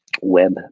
web